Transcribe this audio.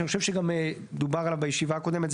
שאני חושב שגם דובר עליו בישיבה הקודמת.